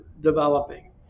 developing